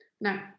No